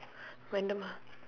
random ah